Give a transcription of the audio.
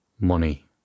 money